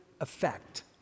effect